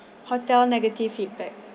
hotel negative feedback